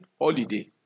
holiday